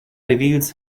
reveals